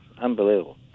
Unbelievable